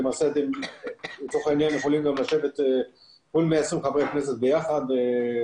למעשה אתם יכולים גם לשבת כל 120 חברי הכנסת ביחד.